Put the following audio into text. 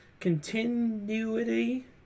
continuity